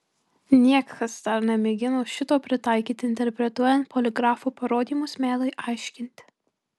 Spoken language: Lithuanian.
niekas dar nemėgino šito pritaikyti interpretuojant poligrafo parodymus melui aiškinti